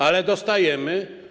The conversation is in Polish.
Ale dostajemy.